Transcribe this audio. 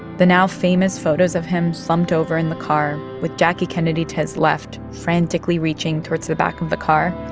the now-famous photos of him slumped over in the car, with jackie kennedy to his left frantically reaching towards the back of the car,